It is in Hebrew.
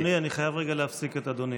אדוני, אני חייב רגע להפסיק את אדוני.